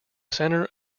center